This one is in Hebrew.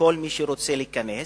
לכל מי שרוצה להיכנס,